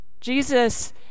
Jesus